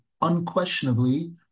unquestionably